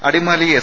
Adimali S